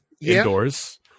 indoors